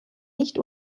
nicht